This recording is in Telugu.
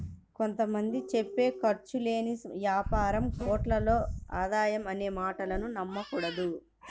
కొంత మంది చెప్పే ఖర్చు లేని యాపారం కోట్లలో ఆదాయం అనే మాటలు నమ్మకూడదు